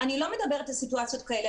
אני לא מדברות על סיטואציות כאלה,